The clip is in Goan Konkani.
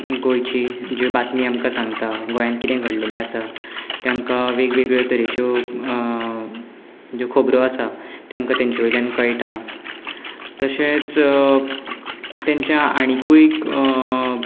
गोंयची ज्यो बातमी आमकां सांगता गोंयान किदें घडलेलें आसा तें आमकां वेगवेगळे तरेच्यो ज्यो खोबऱ्यो आसा तें आमकां तांचे वयल्यान कळटा तशेंच तांचे आनिकूय